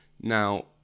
Now